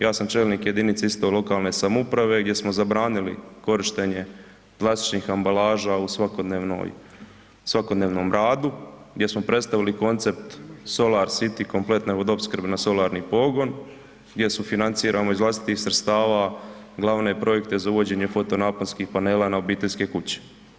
Ja sam čelnik jedinice isto lokalne samouprave gdje smo zabranili korištenje plastičnih ambalaža u svakodnevnoj, svakodnevnom radu, gdje smo predstavili koncept Solar City kompletne vodooprskbe na solarni pogon, gdje sufinanciramo iz vlastitih sredstava glavne projekte za uvođenje fotonaponskih panela na obiteljske kuće.